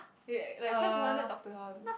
wait like because we wanted to talk to her